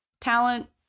talent